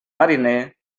mariner